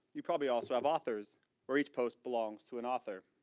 you probably also have authors or each post belongs to an author.